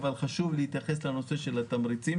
אבל חשוב להתייחס לנושא התמריצים,